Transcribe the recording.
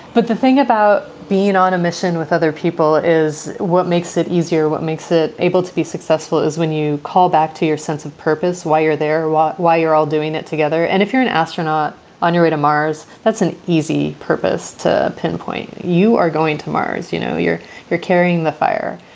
but the thing about being on a mission with other people is what makes it easier, what makes it able to be successful is when you call back to your sense of purpose, why you're there, why you're all doing it together. and if you're an astronaut on your way to mars, that's an easy purpose to pinpoint. you are going to mars. you know, you're you're carrying the fire.